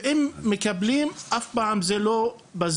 ואם מקבלים אף פעם זה לא בזמן,